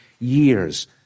years